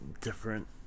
different